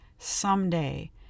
Someday